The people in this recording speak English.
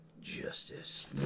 Justice